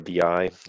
BI